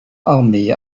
armee